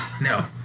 No